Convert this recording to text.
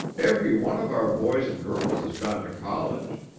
every one of our boys and girls has gone to college.